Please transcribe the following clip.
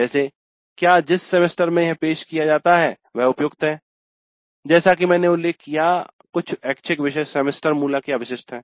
जैसे क्या जिस सेमेस्टर में यह पेश किया जाता है वह उपयुक्त है जैसा कि मैंने उल्लेख किया है कुछ ऐच्छिक विषय सेमेस्टर मूलकविशिष्ट हैं